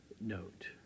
note